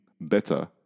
better